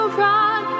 run